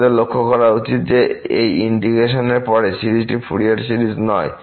আমাদের লক্ষ্য করা উচিত যে এই ইন্টিগ্রেশনের পরের সিরিজটি ফুরিয়ার সিরিজ নয়